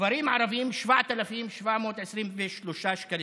גברים ערבים, 7,723 שקלים.